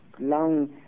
long